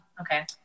Okay